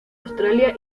australia